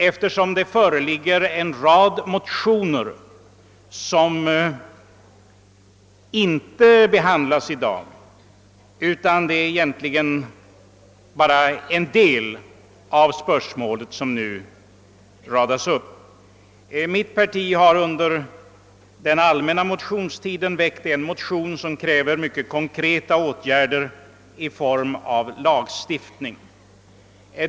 Eftersom det föreligger en rad motioner som inte behandlas i dag, är det egentligen bara en del av spörsmålet som nu tas upp. Mitt parti har under den allmänna motionstiden väckt en motion, vari vi krävt mycket konkreta åtgärder i form av lagstiftning.